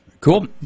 Cool